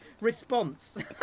response